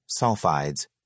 Sulfides